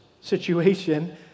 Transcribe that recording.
situation